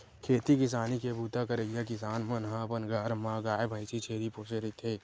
खेती किसानी के बूता करइया किसान मन ह अपन घर म गाय, भइसी, छेरी पोसे रहिथे